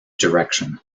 direction